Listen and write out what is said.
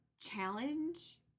challenge